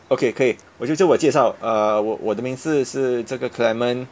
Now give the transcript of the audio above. okay 可以我就自我介绍 err 我我的名字是这个 clement